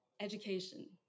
education